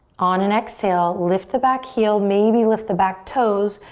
on an exhale, lift the back heel. maybe lift the back toes.